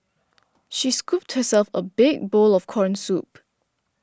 she scooped herself a big bowl of Corn Soup